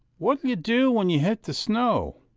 what'll you do when you hit the snow?